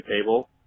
table